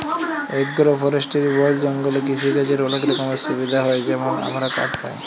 agro forestry বল জঙ্গলে কিসিকাজের অলেক রকমের সুবিধা হ্যয় যেমল আমরা কাঠ পায়